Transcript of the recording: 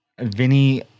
Vinny